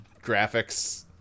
graphics